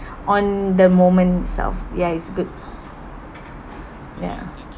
on the moment itself ya it's good ya